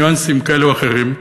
ניואנסים כאלה או אחרים,